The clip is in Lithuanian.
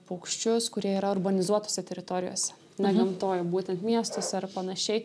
paukščius kurie yra urbanizuotose teritorijose ne gamtoj būtent miestuose ar panašiai